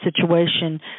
situation